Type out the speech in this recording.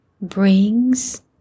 brings